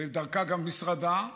ודרכה גם משרדה,